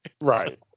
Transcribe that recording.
Right